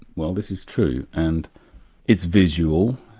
well this is true. and it's visual,